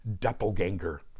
doppelganger